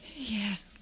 Yes